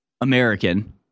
American